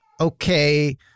Okay